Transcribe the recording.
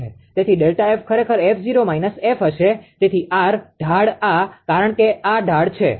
તેથી ΔF ખરેખર 𝑓0 𝑓 હશે તેથી આર ઢાળ આ કારણ કે આ ઢાળ છે